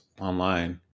online